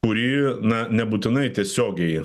kuri na nebūtinai tiesiogiai